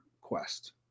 quest